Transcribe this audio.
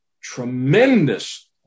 tremendous